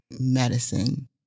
medicine